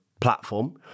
platform